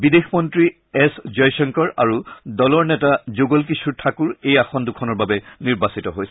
বিদেশ মন্ত্ৰী এছ জয়শংকৰ আৰ দলৰ নেতা যুগল কিশোৰ ঠাকুৰ এই আসন দুখনৰ বাবে নিৰ্বাচিত হৈছে